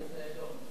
מאיזה עדות?